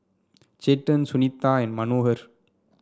Chetan Sunita and Manohar